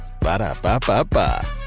Ba-da-ba-ba-ba